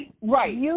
Right